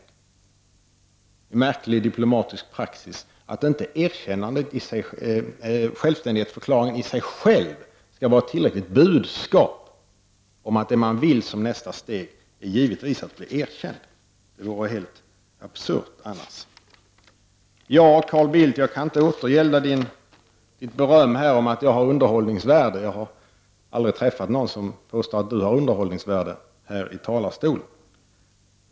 Det är en märklig diplomatisk praxis, att självständighetsförklaringen i sig själv inte skulle vara ett tillräckligt budskap om att man i nästa steg givetvis vill ha ett erkännande. Det vore helt absurt annars. Ja, Carl Bildt, jag kan inte återgälda det beröm jag fick om att jag har underhållningsvärde. Jag har aldrig träffat någon som sagt att Carl Bildt har underhållningsvärde här i talarstolen.